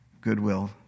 goodwill